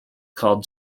called